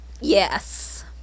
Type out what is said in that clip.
Yes